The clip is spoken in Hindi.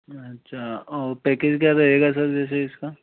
अच्छा और पैकेज क्या रहेगा सर जैसे इसका